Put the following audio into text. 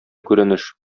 күренеш